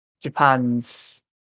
japan's